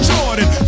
Jordan